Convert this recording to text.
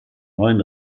neuen